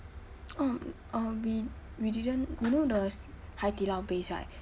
oh uh we we didn't you know the hai di lao base right